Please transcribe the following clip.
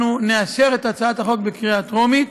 אנחנו נאשר את הצעת החוק בקריאה טרומית.